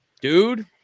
dude